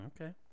Okay